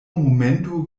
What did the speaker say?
momento